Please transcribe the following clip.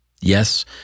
Yes